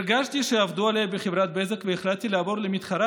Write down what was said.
הרגשתי שעבדו עליי בחברת בזק והחלטתי לעבור למתחרה,